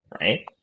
right